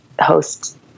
host